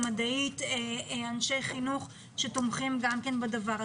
המדעית ואנשי חינוך שתומכים בדבר הזה.